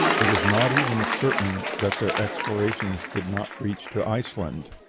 it is not even certain that their explorations did not reach to iceland.